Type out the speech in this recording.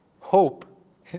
hope